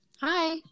Hi